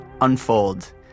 unfold